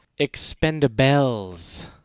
Expendables